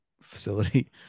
facility